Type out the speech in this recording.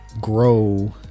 grow